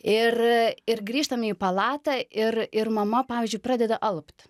ir ir grįžtame į palatą ir ir mama pavyzdžiui pradeda alpt